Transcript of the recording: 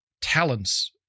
talents